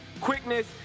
quickness